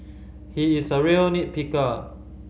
he is a real nit picker